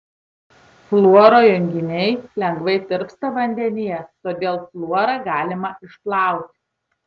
fluoro junginiai lengvai tirpsta vandenyje todėl fluorą galima išplauti